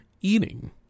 eating